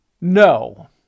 No